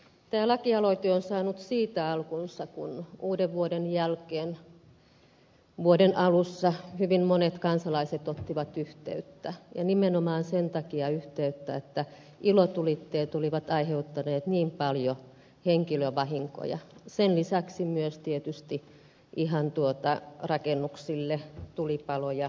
tämä lakialoite on saanut siitä alkunsa kun uudenvuoden jälkeen vuoden alussa hyvin monet kansalaiset ottivat yhteyttä ja nimenomaan sen takia yhteyttä että ilotulitteet olivat aiheuttaneet niin paljon henkilövahinkoja sen lisäksi myös tietysti ihan rakennuksille tulipaloja ynnä muuta